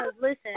listen